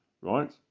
Right